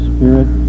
Spirit